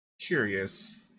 Curious